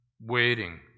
waiting